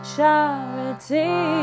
charity